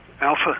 alpha